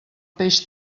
peix